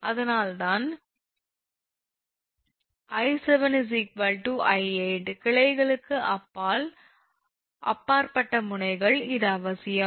அதனால்தான் 𝐼7 𝑖8 கிளைகளுக்கு அப்பாற்பட்ட முனைகள் இது அவசியம்